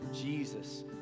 Jesus